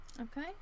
Okay